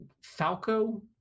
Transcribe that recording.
Falco